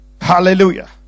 hallelujah